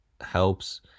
helps